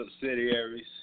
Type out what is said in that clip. subsidiaries